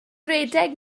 rhedeg